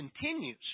continues